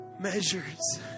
measures